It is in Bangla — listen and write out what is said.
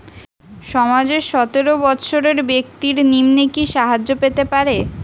সমাজের সতেরো বৎসরের ব্যাক্তির নিম্নে কি সাহায্য পেতে পারে?